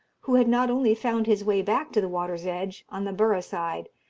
who had not only found his way back to the water's edge, on the borough side,